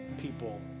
people